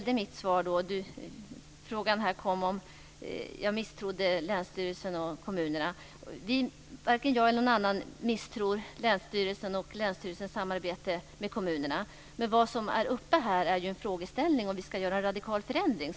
Det kom en fråga om jag misstrodde länsstyrelsen och kommunerna. Varken jag eller någon annan misstror länsstyrelsen och länsstyrelsens samarbete med kommunerna, men nu finns det ju en frågeställning om huruvida vi ska göra en radikal förändring.